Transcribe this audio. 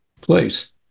place